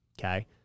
Okay